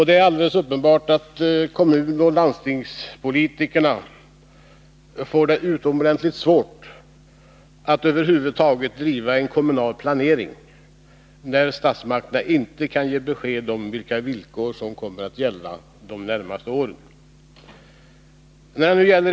Det är alldeles uppenbart att kommunaloch landstingspolitikerna får utomordentligt svårt att över huvud taget bedriva en kommunal planering, när statsmakterna inte kan ge besked om vilka villkor som kommer att gälla de närmaste åren.